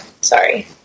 Sorry